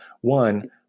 One